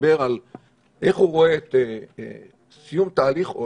כשדיבר על איך הוא רואה את סיום תהליך אוסלו,